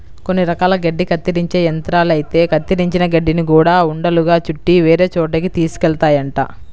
కొన్ని రకాల గడ్డి కత్తిరించే యంత్రాలైతే కత్తిరించిన గడ్డిని గూడా ఉండలుగా చుట్టి వేరే చోటకి తీసుకెళ్తాయంట